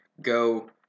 go